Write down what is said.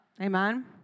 Amen